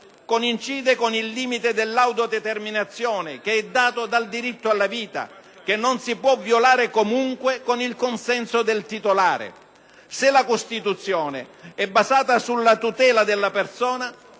coincide con il limite dell'autodeterminazione che è dato dal diritto alla vita, che non si può violare comunque con il consenso del titolare. Se la Costituzione è basata sulla tutela della persona,